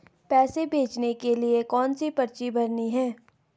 पैसे भेजने के लिए कौनसी पर्ची भरनी है?